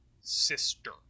sister